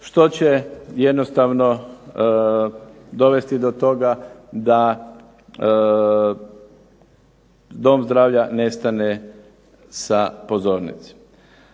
što će jednostavno dovesti do toga da dom zdravlja nestane sa pozornice.